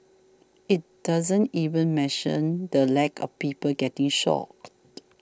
it doesn't even mention the lack of people getting shot